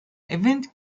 event